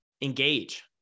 Engage